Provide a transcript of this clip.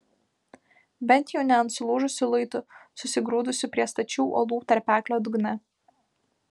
bent jau ne ant sulūžusių luitų susigrūdusių prie stačių uolų tarpeklio dugne